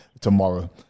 tomorrow